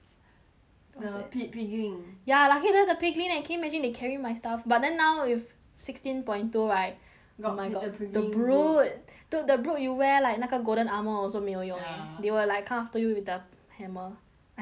what's that the pi～ piglin ya luckily you know the piglin leh can you imagine they carry my stuff but then now with sixteen point two right oh my god got the piglin brute the brute dude the brute you wear like 那个 golden armour also 没有用 ya they will like come to you with the hammer I think that [one] is quite